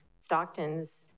Stockton's